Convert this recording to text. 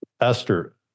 Esther